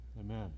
amen